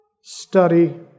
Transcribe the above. study